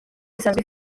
isanzwe